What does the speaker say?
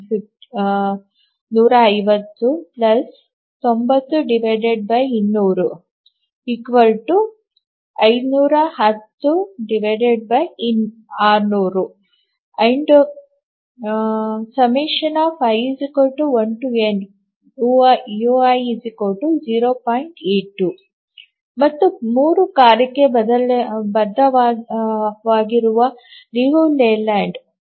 82 ಮತ್ತು 3 ಕಾರ್ಯಕ್ಕೆ ಬದ್ಧವಾಗಿರುವ ಲಿಯು ಲೇಲ್ಯಾಂಡ್ 0